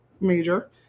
major